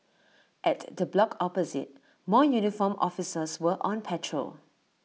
at the block opposite more uniformed officers were on patrol